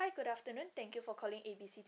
hi good afternoon thank you for calling A B C